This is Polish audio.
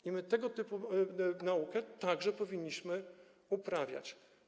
I my tego typu naukę także powinniśmy uprawiać.